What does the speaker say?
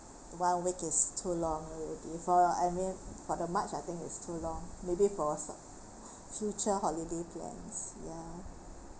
one week is too long already for I mean for the march I think is too long maybe for s~ future holiday plans ya